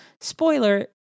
spoiler